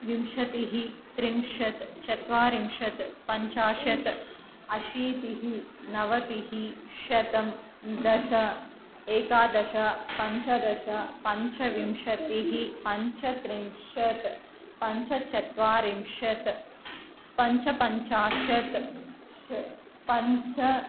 विंशतिः त्रिंशत् चत्वारिंशत् पञ्चाशत् आशीतिः नवतिः शतं दश एकादश पञ्चदश पञ्चविंशतिः पञ्चत्रिंशत् पञ्चचत्वारिंशत् पञ्चपञ्चाशत् ष पञ्च